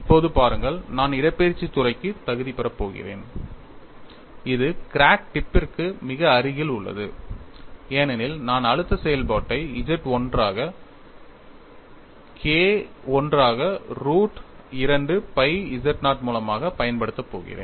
இப்போது பாருங்கள் நான் இடப்பெயர்ச்சித் துறைக்குத் தகுதிபெறப் போகிறேன் இது கிராக் டிப் பிற்கு மிக அருகில் உள்ளது ஏனெனில் நான் அழுத்த செயல்பாட்டை Z 1 ஐ K I ஆக ரூட் 2 pi z0 மூலமாகப் பயன்படுத்தப் போகிறேன்